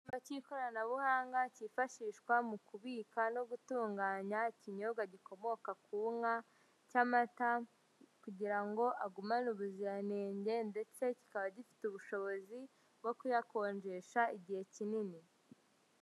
Cy'ikoranabuhanga cyifashishwa mu kubika no gutunganya ikinyobwa gikomoka ku nka cy'amata, kugira ngo agumane ubuziranenge ndetse kikaba gifite ubushobozi bwo kuyakonjesha igihe kinini.